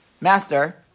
master